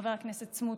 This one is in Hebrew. חבר הכנסת סמוטריץ',